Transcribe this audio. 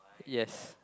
yes